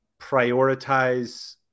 prioritize